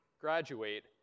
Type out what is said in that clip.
graduate